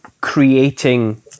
creating